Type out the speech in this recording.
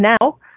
now